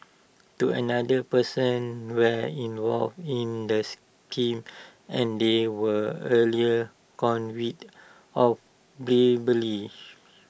two another persons were involved in the scheme and they were earlier convicted of